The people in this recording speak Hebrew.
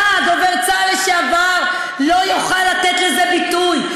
אתה, דובר צה"ל לשעבר, לא יכול לתת לזה ביטוי.